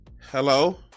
Hello